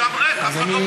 שם ריק, אף אחד לא בא.